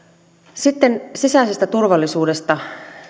sitten sisäisestä turvallisuudesta